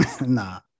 nah